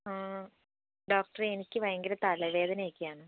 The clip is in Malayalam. ഡോക്ടറേ എനിക്ക് ഭയങ്കര തലവേദന ഒക്കെ ആണ്